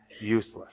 useless